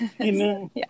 Amen